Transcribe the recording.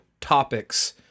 topics